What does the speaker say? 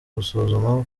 gusuzuma